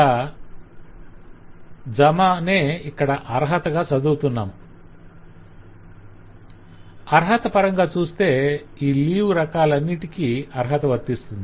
కాబట్టి జమనే ఇక్కడ మనం అర్హతగా చదువుతున్నాం - అర్హత పరంగా చూస్తే ఈ లీవ్ రకాలన్నింటికీ అర్హత వర్తిస్తుంది